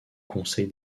conseil